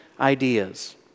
ideas